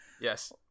Yes